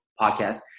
podcast